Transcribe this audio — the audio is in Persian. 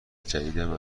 جدیدم